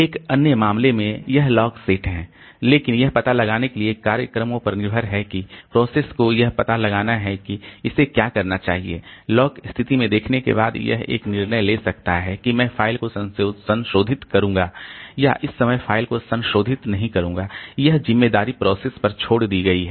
एक अन्य मामले में यह लॉक सेट हैं लेकिन यह पता लगाने के लिए कार्यक्रमों पर निर्भर है कि प्रोसेस को यह पता लगाना है कि इसे क्या करना चाहिए लॉक स्थिति में देखने के बाद यह एक निर्णय ले सकता है कि मैं फ़ाइल को संशोधित करूंगा या इस समय फ़ाइल को संशोधित नहीं करूंगा यह जिम्मेदारी प्रोसेस पर छोड़ दी गई है